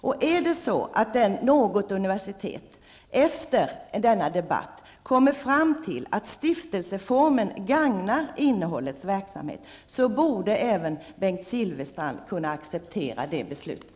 Om något universitet efter denna debatt kommer fram till att stiftelseformen gagnar verksamhetens innehåll, borde även Bengt Silfverstrand kunna acceptera det beslutet.